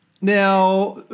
Now